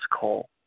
call